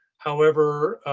however,